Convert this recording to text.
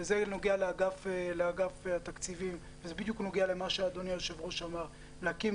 וזה נוגע לאגף התקציבים וזה בדיוק נוגע למה שאדוני היושב-ראש אמר להקים